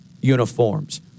uniforms